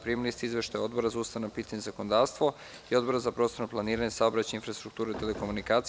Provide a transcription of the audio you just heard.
Primili ste izveštaje Odbora za ustavna pitanja i zakonodavstvo i Odbora za prostorno planiranje, saobraćaj, infrastrukturu i telekomunikacije.